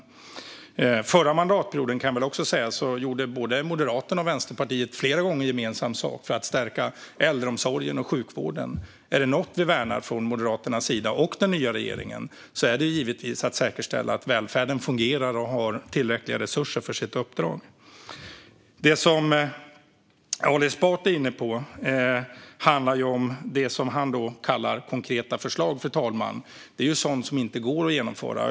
Under den förra mandatperioden gjorde Moderaterna och Vänsterpartiet flera gånger gemensam sak för att stärka äldreomsorgen och sjukvården. Är det något som Moderaterna och den nya regeringen värnar är det givetvis att välfärden fungerar och har tillräckliga resurser för sitt uppdrag. Det som Ali Esbati är inne på, fru talman, handlar om det som han kallar konkreta förslag. Detta är ju sådant som inte går att genomföra.